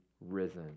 risen